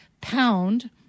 Pound